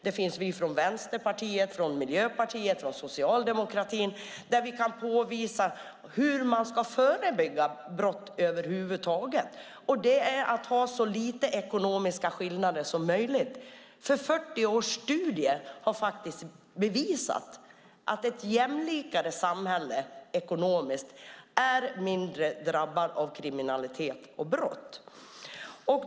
Det finns vi från Vänsterpartiet, från Miljöpartiet och från socialdemokratin. Vi kan påvisa hur man ska förebygga brott över huvud taget. Och det är att ha så lite ekonomiska skillnader som möjligt, för 40 års studier har faktiskt bevisat att ett ekonomiskt jämlikare samhälle är mindre drabbat av kriminalitet och brott.